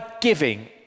giving